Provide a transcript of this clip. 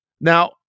Now